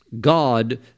God